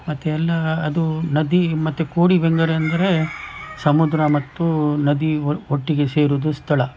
ಮತ್ತೆ ಎಲ್ಲ ಅದು ನದಿ ಮತ್ತೆ ಕೋಡಿ ಬೆಂಗರೆ ಅಂದರೆ ಸಮುದ್ರ ಮತ್ತು ನದಿ ಒಟ್ಟಿಗೆ ಸೇರುವುದು ಸ್ಥಳ